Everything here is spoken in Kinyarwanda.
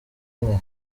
umwe